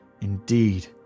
indeed